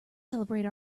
celebrate